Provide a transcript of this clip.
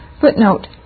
Footnote